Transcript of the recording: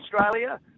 Australia